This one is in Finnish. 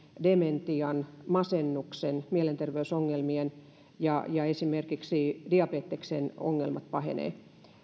dementian masennuksen mielenterveysongelmien ja ja esimerkiksi diabeteksen ongelmat pahenevat